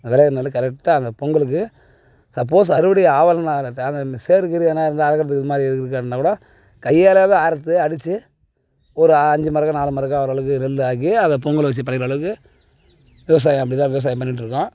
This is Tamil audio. விளையிற நெல் கரெக்டாக அந்த பொங்கலுக்கு சப்போஸ் அறுவடை ஆகலன்னா சேறு கீறு எதனால் இருந்தால் அறுக்கறதுக்கு இதுமாதிரி இருந்தாக்கூட கையாலவே அறுத்து அடித்து ஒரு அஞ்சு மரக்கா நாலு மரக்கா வர அளவுக்கு நெல் ஆக்கி அதை பொங்கல் வச்சு படைக்கிற அளவுக்கு விவசாயம் அப்படித்தான் விவசாயம் பண்ணிகிட்ருக்கோம்